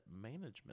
management